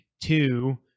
two